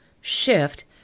shift